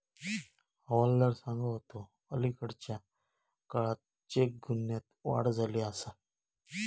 हवालदार सांगा होतो, अलीकडल्या काळात चेक गुन्ह्यांत वाढ झाली आसा